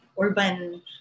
urban